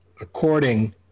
according